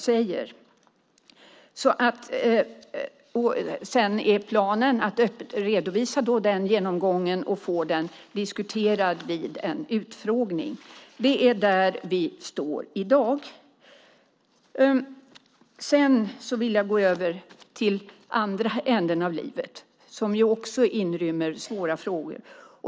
Sedan är planen att redovisa den genomgången och få den diskuterad vid en utfrågning. Det är där vi står i dag. Sedan vill jag gå över till andra änden av livet, som också rymmer svåra frågor.